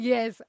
Yes